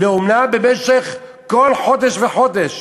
לאומנה כל חודש וחודש.